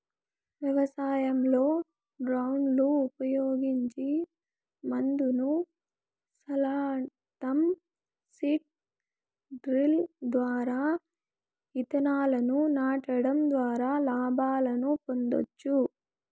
వ్యవసాయంలో డ్రోన్లు ఉపయోగించి మందును సల్లటం, సీడ్ డ్రిల్ ద్వారా ఇత్తనాలను నాటడం ద్వారా లాభాలను పొందొచ్చు